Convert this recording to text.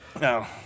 No